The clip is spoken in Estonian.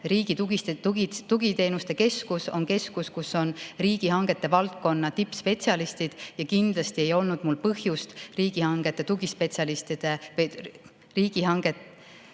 Riigi Tugiteenuste Keskus on keskus, kus on riigihangete valdkonna tippspetsialistid ja kindlasti ei olnud mul põhjust Riigi Tugiteenuste Keskuse riigihangete